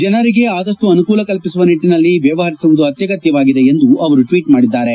ಜನರಿಗೆ ಆದಪ್ಟು ಅನುಕೂಲ ಕಲ್ಪಿಸುವ ನಿಟ್ಟನಲ್ಲಿ ವ್ಯವಹರಿಸುವುದು ಅತ್ಯಗತ್ಥವಾಗಿದೆ ಎಂದು ಅವರು ಟ್ವೀಟ್ ಮಾಡಿದ್ದಾರೆ